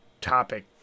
topic